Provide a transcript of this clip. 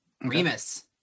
Remus